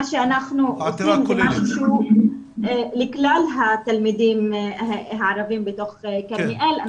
מה שאנחנו עושים זה משהו שהוא לכלל התלמידים הערבים בתוך כרמיאל.